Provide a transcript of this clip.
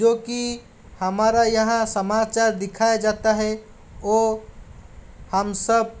जो कि हमारा यहाँ समाचार दिखाया जाता है ओ हम सब